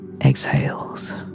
exhales